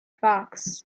fox